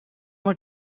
look